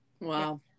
wow